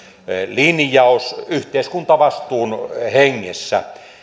linjaus yhteiskuntavastuun hengessä